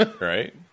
right